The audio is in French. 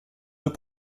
deux